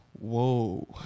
whoa